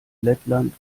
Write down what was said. lettland